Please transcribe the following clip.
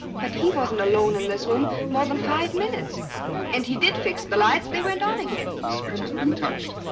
but he wasn't alone in this room more than five minutes and he did fix the lights. they went on again. the switch hasn't been touched.